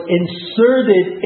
inserted